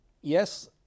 yes